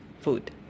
food